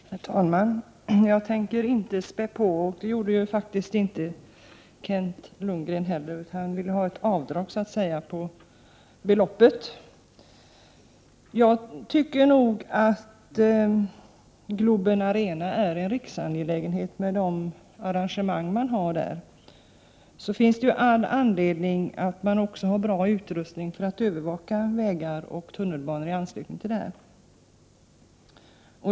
Herr talman! Jag tänker inte spä på, och det gjorde för övrigt inte Kent Lundgren heller, utan han ville i stället dra ner beloppet. Jag tycker nog att Globen Arena är en riksangelägenhet. Med tanke på de arrangemang som äger rum där finns det all anledning att också ha bra utrustning för att övervaka vägar och tunnelbanor i anslutning till anläggningen.